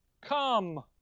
come